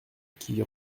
qui